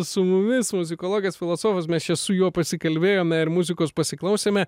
su mumis muzikologas filosofas mes čia su juo pasikalbėjome ir muzikos pasiklausėme